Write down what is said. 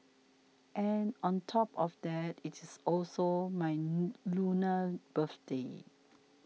and on top of that it is also my Lunar birthday